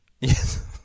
Yes